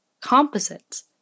composites